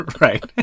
Right